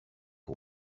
all